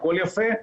הכל יפה,